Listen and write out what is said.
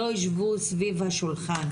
לא יישבו סביב השולחן.